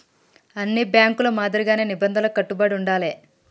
అన్ని బ్యేంకుల మాదిరిగానే నిబంధనలకు కట్టుబడి ఉండాలే